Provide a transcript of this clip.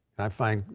i find,